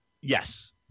Yes